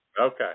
Okay